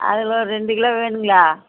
அதில் ரெண்டு கிலோ வேணுங்களா